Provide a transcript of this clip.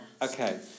Okay